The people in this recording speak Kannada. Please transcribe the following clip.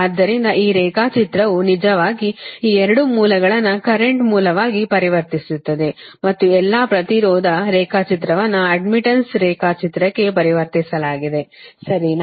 ಆದ್ದರಿಂದ ಈ ರೇಖಾಚಿತ್ರವು ನಿಜವಾಗಿ ಈ 2 ಮೂಲಗಳನ್ನು ಕರೆಂಟ್ ಮೂಲವಾಗಿ ಪರಿವರ್ತಿಸುತ್ತದೆ ಮತ್ತು ಎಲ್ಲಾ ಪ್ರತಿರೋಧ ರೇಖಾಚಿತ್ರವನ್ನು ಅಡ್ಡ್ಮಿಟ್ಟನ್ಸ್ ರೇಖಾಚಿತ್ರಕ್ಕೆ ಪರಿವರ್ತಿಸಲಾಗಿದೆ ಸರಿನಾ